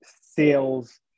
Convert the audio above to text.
sales